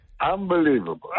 Unbelievable